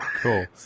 Cool